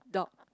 dog